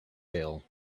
pail